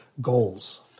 goals